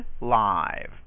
Live